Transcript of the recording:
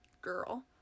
girl